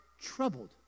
troubled